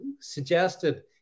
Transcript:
suggested